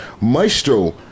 Maestro